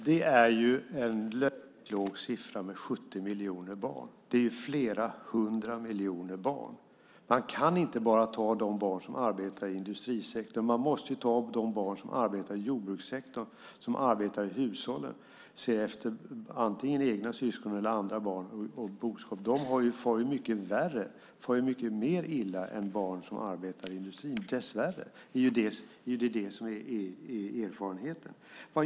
Fru talman! 70 miljoner barn är en löjligt låg siffra. Det handlar ju om flera hundra miljoner barn. Man kan inte ta enbart de barn som arbetar i industrisektorn utan man måste även ta de barn som arbetar i jordbrukssektorn, i hushållen, ser efter antingen egna syskon eller andras barn samt boskap. De far mycket mer illa än de barn som arbetar i industrin - dessvärre. Det är det som är erfarenheten.